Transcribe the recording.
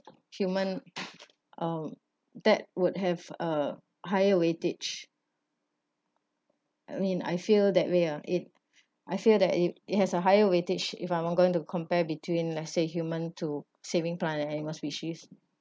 human um that would have a higher weightage I mean I feel that way ah it I feel that it it has a higher weightage if I'm going to compare between let say human to saving plant and animal species